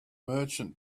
merchant